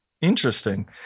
interesting